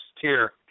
tier